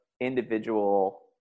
individual